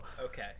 Okay